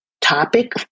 topic